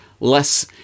less